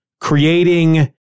creating